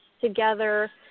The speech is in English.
together